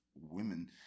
women